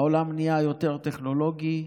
העולם נהיה יותר טכנולוגי.